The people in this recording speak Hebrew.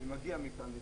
אני מגיע מכאן,